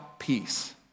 peace